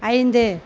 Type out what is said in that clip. ஐந்து